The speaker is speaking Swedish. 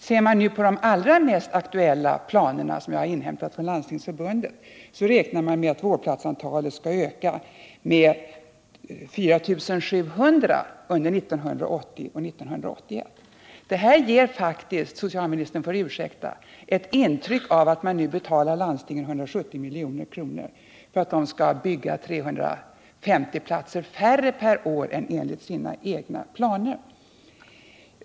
Ser man nu på de allra mest aktuella planerna, som jag har inhämtat från Landstingsförbundet, finner man att de innebär att vårdplatsantalet beräknas öka med 4 700 under 1980 och 1981. Detta ger faktiskt — socialministern får ursäkta — ett intryck av att man nu betalar landstingen 170 milj.kr. för att de skall bygga 350 platser färre per år än enligt sina egna planer.